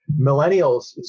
Millennials